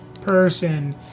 person